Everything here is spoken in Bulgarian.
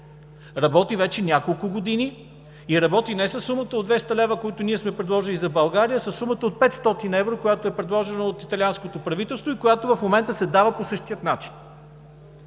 Работи вече няколко години и работи не със сумата от 200 лв., които ние сме предложили за България, а със сумата от 500 евро, която е предложена от италианското правителство, и която в момента се дава по същия начин.